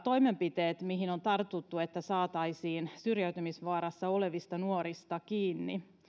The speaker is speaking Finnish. toimenpiteet mihin on tartuttu että saataisiin syrjäytymisvaarassa olevista nuorista kiinni